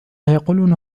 يقولون